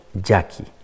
Jackie